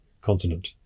continent